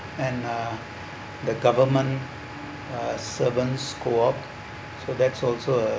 and uh the government uh servant co-op so that's also a